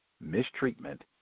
mistreatment